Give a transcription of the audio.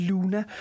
Luna